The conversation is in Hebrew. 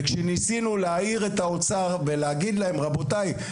כשניסינו להעיר את האוצר ולהגיד להם 'רבותי,